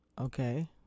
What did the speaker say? okay